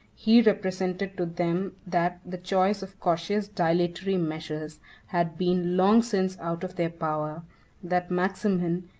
he represented to them that the choice of cautious, dilatory measures had been long since out of their power that maximin,